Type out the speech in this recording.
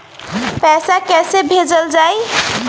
पैसा कैसे भेजल जाइ?